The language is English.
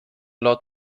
lord